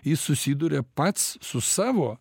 jis susiduria pats su savo